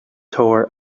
tore